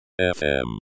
FM